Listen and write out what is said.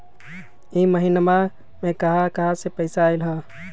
इह महिनमा मे कहा कहा से पैसा आईल ह?